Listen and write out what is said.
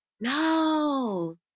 no